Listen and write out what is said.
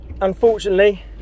unfortunately